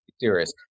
serious